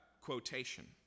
quotation